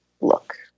look